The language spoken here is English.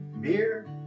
beer